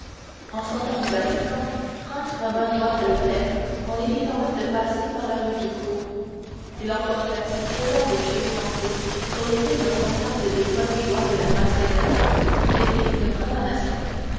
en sortant du vatican franz revint droit à l'hôtel en évitant même de passer par la rue du cours il emportait un trésor de pieuses pensées pour lesquelles le contact des folles joies de la mascherata eût été une profanation